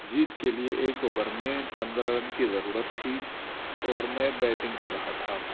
جیت کے لیے ایک اوور میں پندرہ رن کی ضرورت تھی اور میں بیٹنگ کر رہا تھا